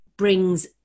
brings